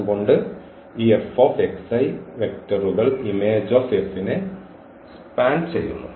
അത് കൊണ്ട് ഈ വെക്റ്ററുകൾ ഇമേജ് ഓഫ് F നെ സ്പാൻ ചെയ്യുന്നു